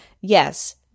yes